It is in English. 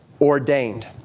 ordained